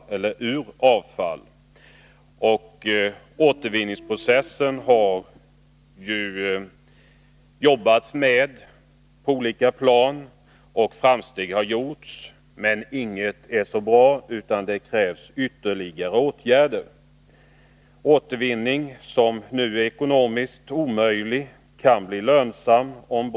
Man har på olika plan jobbat med återvinningsprocessen, och framsteg har gjorts. Inget är emellertid så bra att det inte kan bli bättre, och här krävs det ytterligare åtgärder. Återvinning som nu är ekonomiskt omöjlig kan bli lönsam om